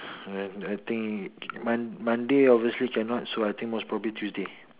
I I think Mon~ Monday obviously cannot so I think most probably Tuesday